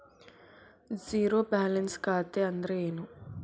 Zero balance ಖಾತೆ ಅಂದ್ರೆ ಏನು?